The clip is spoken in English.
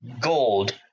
gold